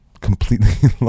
completely